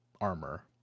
armor